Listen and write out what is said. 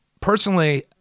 Personally